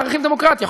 ערכים דמוקרטיים.